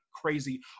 crazy